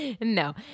No